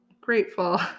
grateful